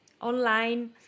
online